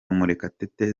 murekatete